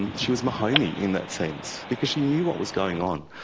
and she was my homey in that sense, because she knew what was going on.